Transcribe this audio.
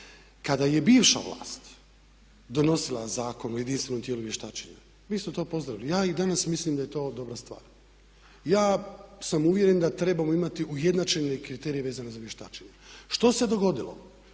Kada je bivša Vlast donosila Zakon o jedinstvenom tijelu vještačenja, mi smo to pozdravili. Ja i danas mislim da je to dobra stvar. Ja sam uvjeren da trebamo imati ujednačene kriterije vezane za vještačenja. Što se dogodilo?